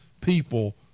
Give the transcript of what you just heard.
people